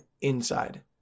inside